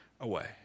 away